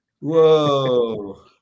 Whoa